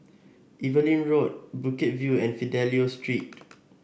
Evelyn Road Bukit View and Fidelio Street